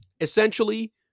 essentially